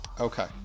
Okay